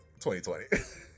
2020